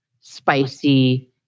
spicy